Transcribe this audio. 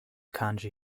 kanji